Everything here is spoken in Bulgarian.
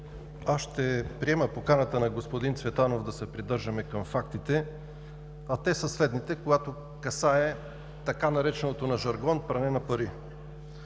ще приема поканата на господин Цветанов да се придържаме към фактите, а те са следните, когато касае така нареченото на жаргон „пране на пари“.